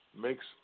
makes